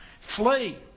Flee